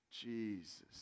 Jesus